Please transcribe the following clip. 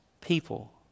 people